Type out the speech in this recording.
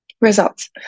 Results